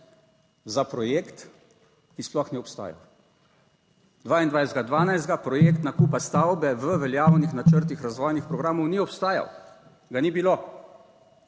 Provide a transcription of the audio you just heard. za projekt, ki sploh ni obstajal. 22. 12. projekt nakupa stavbe v veljavnih načrtih razvojnih programov ni obstajal, ga ni bilo.